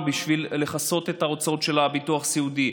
בשביל לכסות את ההוצאות של הביטוח הסיעודי.